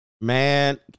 Man